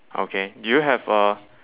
okay do you have a